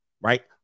Right